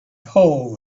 hole